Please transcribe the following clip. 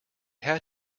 had